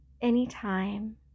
anytime